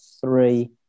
three